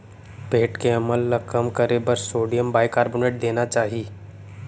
पेट के अम्ल ल कम करे बर सोडियम बाइकारबोनेट देना चाही